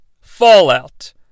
fallout